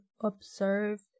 observed